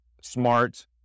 smart